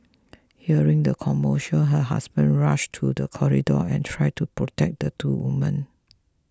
hearing the commotion her husband rush to the corridor and tried to protect the two women